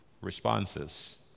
responses